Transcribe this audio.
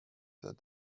that